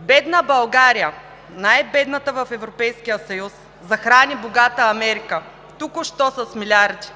Бедна България – най-бедната в Европейския съюз, захрани току-що богата Америка с милиарди.